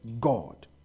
God